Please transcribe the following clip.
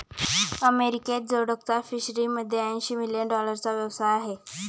अमेरिकेत जोडकचा फिशरीमध्ये ऐंशी मिलियन डॉलरचा व्यवसाय आहे